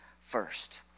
first